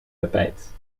tapijt